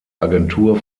agentur